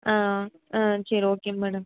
ஆ ஆ சரி okay madam